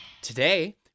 Today